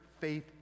faith